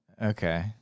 Okay